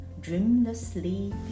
dreamlessly